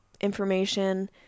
information